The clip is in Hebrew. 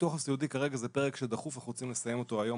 הביטוח הסיעודי כרגע זה פרק דחוף ואנחנו רוצים לסיים אותו היום,